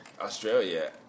Australia